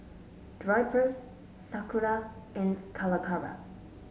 Drypers Sakura and Calacara